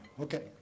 Okay